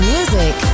Music